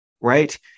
right